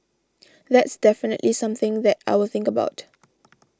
that's definitely something that I will think about